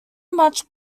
much